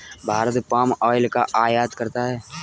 Bharat palm oil का आयात करता है